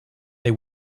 they